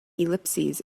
ellipses